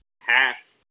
half